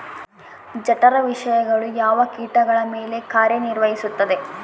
ಜಠರ ವಿಷಯಗಳು ಯಾವ ಕೇಟಗಳ ಮೇಲೆ ಹೇಗೆ ಕಾರ್ಯ ನಿರ್ವಹಿಸುತ್ತದೆ?